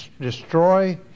destroy